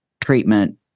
treatment